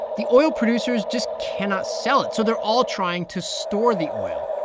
the oil producers just cannot sell it. so they're all trying to store the oil,